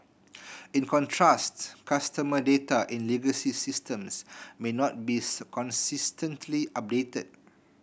in contrast customer data in legacy systems may not be consistently updated